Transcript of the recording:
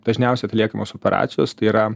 dažniausiai atliekamos operacijos tai yra